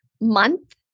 month